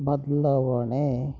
ಬದಲಾವಣೆ